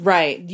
Right